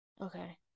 okay